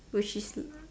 which is